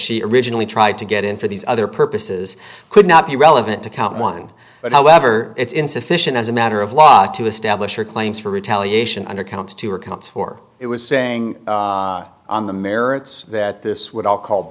she originally tried to get into these other purposes could not be relevant to count one but however it's insufficient as a matter of law to establish your claims for retaliation under counts two or counts for it was saying on the merits that this would all call